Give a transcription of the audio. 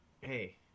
hey